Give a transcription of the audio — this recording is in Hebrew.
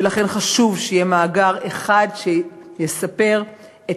ולכן חשוב שיהיה מאגר אחד שיספר את